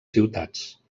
ciutats